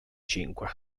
cinque